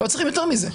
לא צריכים יותר מזה.